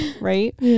Right